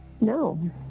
no